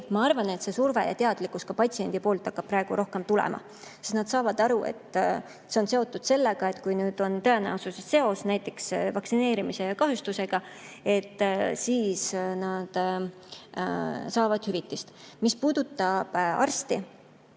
Ma arvan, et see surve ja teadlikkus ka patsientide poolt hakkab nüüd rohkem tulema, sest nad saavad aru, et see on seotud sellega, kui on tõenäoline seos vaktsineerimise ja kahjustuste vahel, siis nad saavad hüvitist. Mis puudutab arste,